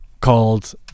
called